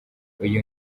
uyu